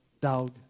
dog